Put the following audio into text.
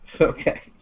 okay